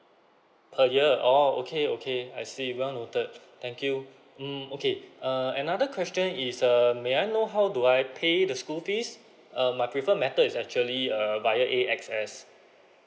per year oh okay okay I see well noted thank you mm okay uh another question is err may I know how do I pay the school fees uh my preferred method is actually err via A X S